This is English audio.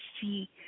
see